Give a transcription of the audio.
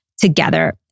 together